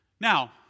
Now